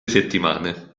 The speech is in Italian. settimane